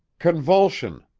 convulsion,